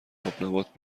آبنبات